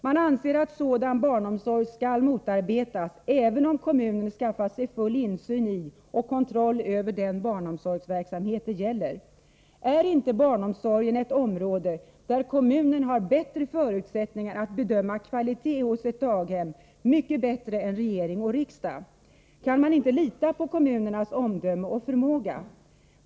Man anser att sådan barnomsorg skall motarbetas även om kommunen har skaffat sig full insyn i och kontroll över den barnomsorgsverksamhet det gäller. Är inte barnomsorgen ett område där kommunen har mycket bättre förutsättningar att bedöma kvaliteten hos ett daghem än regering och riksdag? Kan man inte lita på kommunernas omdöme och förmåga?